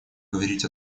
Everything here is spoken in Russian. говорить